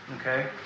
Okay